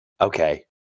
Okay